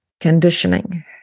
conditioning